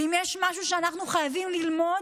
ואם יש משהו שאנחנו חייבים ללמוד,